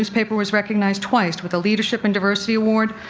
newspaper was recognized twice with the leadership and diversity award,